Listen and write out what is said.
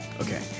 Okay